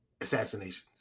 assassinations